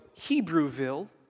Hebrewville